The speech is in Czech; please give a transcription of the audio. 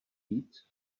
víc